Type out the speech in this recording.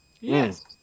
Yes